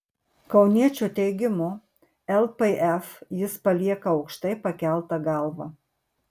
kauniečio teigimu lpf jis palieka aukštai pakelta galva